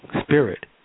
spirit